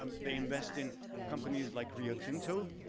they invest in companies like rio tinto.